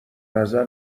نظر